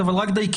עצם הדיון,